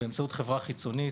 באמצעות חברה חיצונית,